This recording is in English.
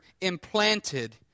implanted